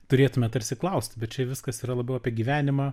turėtume tarsi klaust bet čia viskas yra labiau apie gyvenimą